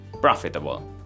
profitable